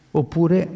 oppure